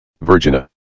Virginia